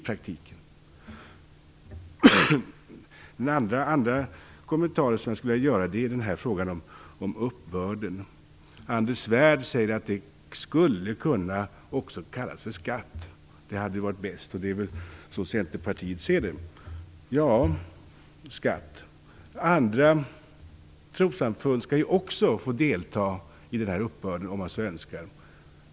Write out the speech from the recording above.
Den andra kommentaren som jag skulle vilja göra gäller frågan om uppbörden. Anders Svärd sade att den också skulle kunna kallas skatt. Det hade varit bäst, och det är väl på det sättet som Centerpartiet ser på detta. Andra trossamfund skall ju också få delta i denna uppbörd om de så önskar.